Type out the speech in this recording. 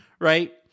right